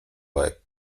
jak